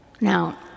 Now